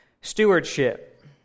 Stewardship